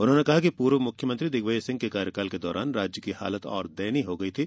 उन्होंने कहा कि पूर्व मुख्यमंत्री दिग्विजय सिंह के कार्यकाल के दौरान राज्य की हालत और दयनीय हो गयी थी